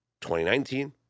2019